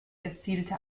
erzielte